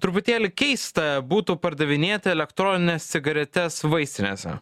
truputėlį keista būtų pardavinėti elektronines cigaretes vaistinėse